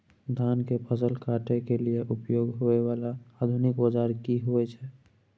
धान के फसल काटय के लिए उपयोग होय वाला आधुनिक औजार की होय छै?